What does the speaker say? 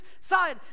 side